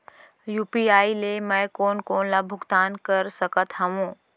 UPI ले मैं कोन कोन ला भुगतान कर सकत हओं?